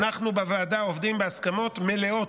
אנחנו בוועדה עובדים בהסכמות מלאות.